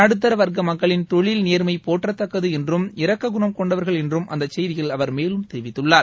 நடுத்தர வர்க்க மக்களின் தொழில் நேர்மை போற்றத்தக்கது என்றும் இரக்க குணம் கொண்டவர்கள் என்றும் அந்த செய்தியில் அவர் மேலும் தெரிவித்துள்ளார்